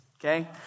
okay